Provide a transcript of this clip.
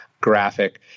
graphic